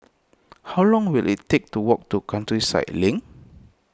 how long will it take to walk to Countryside Link